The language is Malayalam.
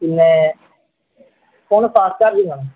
പിന്നെ ഫോണ് ഫാസ്റ്റ് ചാർജിങ്ങാണ്